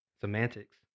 Semantics